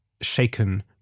shaken